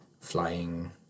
Flying